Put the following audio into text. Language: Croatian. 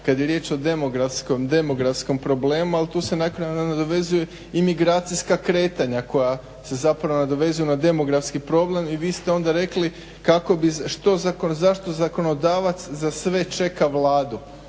kad je riječ o demografskom problemu ali tu se naknadno nadovezuje i migracijska kretanja koja se zapravo nadovezuju na demografski problem i vi ste onda rekli kako bi, zašto zakonodavac za sve čeka Vladu.